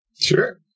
Sure